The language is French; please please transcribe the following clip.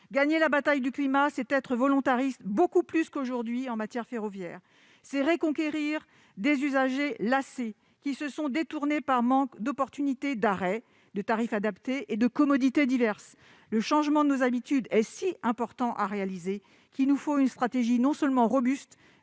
gagner la bataille du climat, c'est être volontariste, beaucoup plus qu'aujourd'hui, en matière ferroviaire, c'est reconquérir des usagers, lassés, qui se sont détournés par manque d'opportunités d'arrêt de tarifs adaptés et de commodités diverses, le changement de nos habitudes et si important à réaliser qu'il nous faut une stratégie non seulement robuste